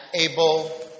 able